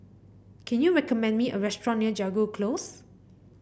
can you recommend me a restaurant near Jago Close